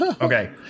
Okay